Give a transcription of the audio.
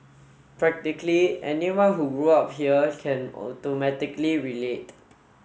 practically anyone who grew up here can automatically relate